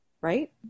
Right